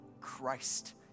Christ